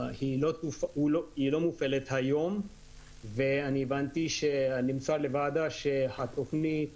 היא לא מופעלת היום ואני הבנתי שנמסר לוועדה שידונו